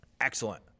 excellent